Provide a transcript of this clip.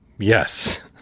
Yes